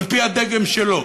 על-פי הדגם שלו.